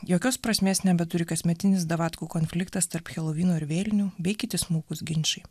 jokios prasmės nebeturi kasmetinis davatkų konfliktas tarp helovyno ir vėlinių bei kiti smulkūs ginčai